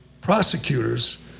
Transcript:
prosecutors